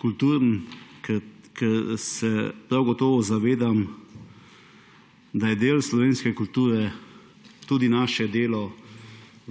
kulturen, ker se prav gotovo zavedam, da je del slovenske kulture tudi naše delo